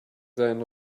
sein